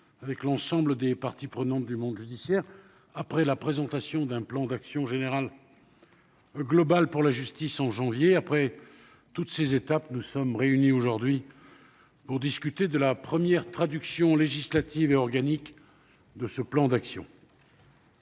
avec l'ensemble des parties prenantes du monde judiciaire ; après la présentation d'un plan d'action global pour la justice en janvier dernier ; après donc toutes ces étapes, nous voici réunis aujourd'hui pour discuter de la première traduction législative et organique de ce plan d'action.